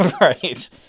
Right